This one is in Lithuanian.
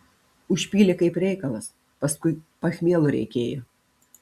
užpylė kaip reikalas paskui pachmielo reikėjo